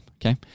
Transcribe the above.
Okay